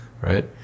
right